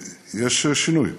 יש שינוי.